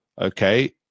Okay